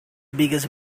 biggest